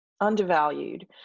undervalued